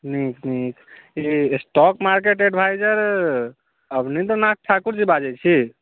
नीक नीक ई स्टॉक एडवाइजर अभिनिन्द्र नाथ ठाकुर जी बाजै छी